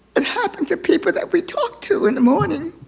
it happened to people that we talked to in the morning.